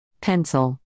Pencil